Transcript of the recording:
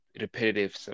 repetitive